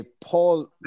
Paul